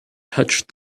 touched